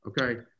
Okay